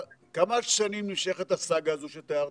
כמה שנים נמשכת הסאגה הזו שאתה מתאר?